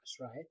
right